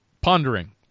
pondering